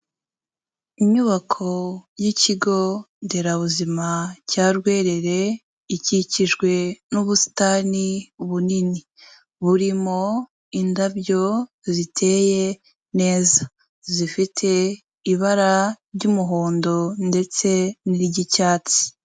Inyubako y'ikigo nderabuzima cya Rwerere, gikikijwe n'ubusitani bunini, burimo indabyo ziteye neza, zifite ibara ry'umuhondo ndetse niry 'icyatsi.